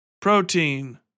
protein